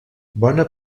bona